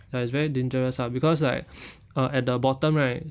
ya it's very dangerous ah because like uh at the bottom right